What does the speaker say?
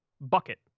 bucket